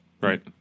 Right